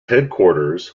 headquarters